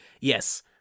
Yes